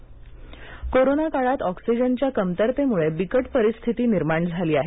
oxygen corona काळात ऑक्सिजनच्या कमतरतेमुळे बिकट परिस्थिती निर्माण झाली आहे